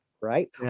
right